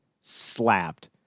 slapped